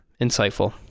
insightful